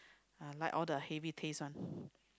I like all the heavy taste one